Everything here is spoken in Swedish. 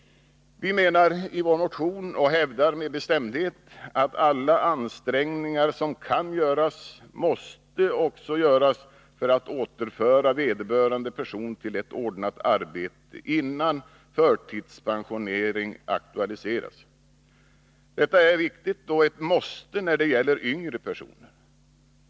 Vi hävdar i vår motion med bestämdhet att alla ansträngningar som kan göras också måste göras för att återföra vederbörande person till ett ordnat arbete, innan förtidspensionering aktualiseras. Detta är viktigt och ett måste när det gäller yngre personer.